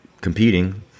competing